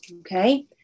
Okay